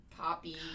poppy